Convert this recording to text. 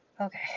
Okay